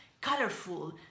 colorful